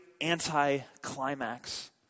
anti-climax